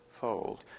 fold